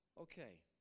Okay